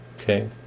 Okay